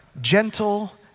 gentle